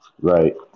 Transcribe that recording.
Right